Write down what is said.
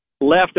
left